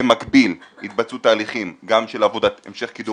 במקביל יתבצעו תהליכים גם של המשך קידום